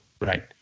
Right